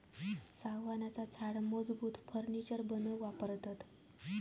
सागवानाचा झाड मजबूत फर्नीचर बनवूक वापरतत